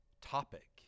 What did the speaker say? topic